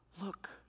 Look